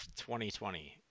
2020